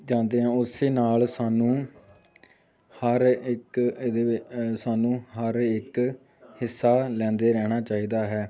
ਜਾਂਦੇ ਆ ਉਸੇ ਨਾਲ ਸਾਨੂੰ ਹਰ ਇੱਕ ਇਹਦੇ ਵੀ ਸਾਨੂੰ ਹਰ ਇੱਕ ਹਿੱਸਾ ਲੈਂਦੇ ਰਹਿਣਾ ਚਾਹੀਦਾ ਹੈ